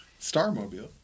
Starmobile